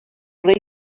rei